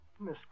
Miss